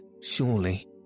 Surely